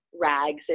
rags